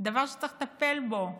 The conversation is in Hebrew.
דבר שצריך לטפל בו.